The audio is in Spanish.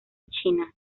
china